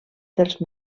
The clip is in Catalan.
dels